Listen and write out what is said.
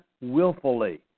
willfully